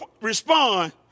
respond